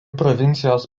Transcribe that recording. provincijos